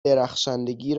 درخشندگی